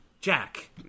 Jack